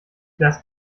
lass